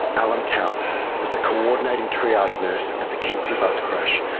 alan tout was the coordinating triage nurse at the kempsey bus crash,